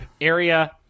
area